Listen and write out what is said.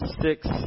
six